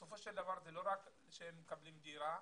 בסופו של דבר זה לא רק שהם מקבלים דירה,